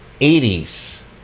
80s